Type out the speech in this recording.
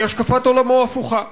כי השקפת עולמו הפוכה.